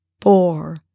four